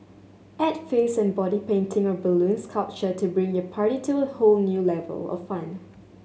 add face and body painting or balloon sculpture to bring your party to a whole new level of fun